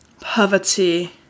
poverty